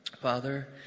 father